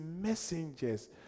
messengers